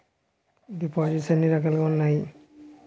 దిపోసిస్ట్స్ ఎన్ని రకాలుగా ఉన్నాయి?